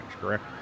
correct